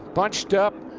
bunched up.